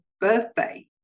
birthday